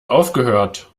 aufgehört